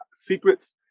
secrets